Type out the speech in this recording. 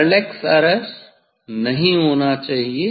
parallax error नहीं होनी चाहिए